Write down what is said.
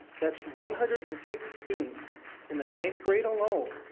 that is one hundred and six students in the ninth grade alone,